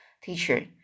teacher